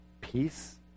peace